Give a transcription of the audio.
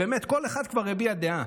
באמת, כל אחד כבר הביע דעה.